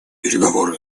переговоры